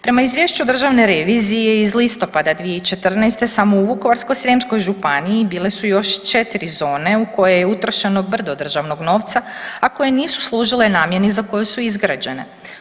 Prema izvješću Državne revizije iz listopada 2014. samo u Vukovarsko-srijemskoj županiji bile su još 4 zone u koje je utrošeno brdo državnog novca, a koje nisu služile namjeni za koju su izgrađene.